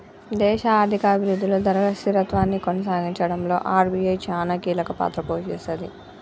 దేశ ఆర్థిక అభిరుద్ధిలో ధరల స్థిరత్వాన్ని కొనసాగించడంలో ఆర్.బి.ఐ చానా కీలకపాత్ర పోషిస్తది